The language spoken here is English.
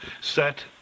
set